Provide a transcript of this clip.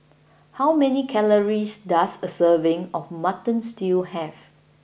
how many calories does a serving of Mutton Stew have